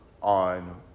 on